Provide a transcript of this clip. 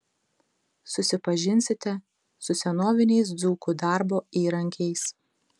susipažinsite su senoviniais dzūkų darbo įrankiais